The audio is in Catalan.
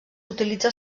utilitza